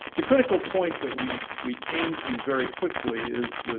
the critical point that we we came to very quickly is,